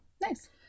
Nice